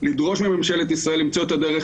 לדרוש מממשלת ישראל למצוא את הדרך